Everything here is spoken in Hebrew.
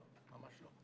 לא, ממש לא.